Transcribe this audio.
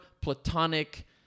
platonic